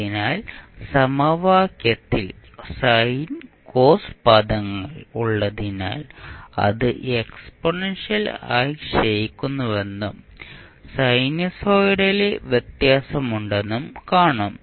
അതിനാൽ സമവാക്യത്തിൽ sine cos പദങ്ങൾ ഉള്ളതിനാൽ ഇത് എക്സ്പോണൻഷ്യൽ ആയി ക്ഷയിക്കുന്നുവെന്നും സിനുസോയിഡലി വ്യത്യാസമുണ്ടെന്നും കാണും